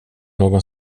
någon